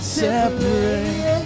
separate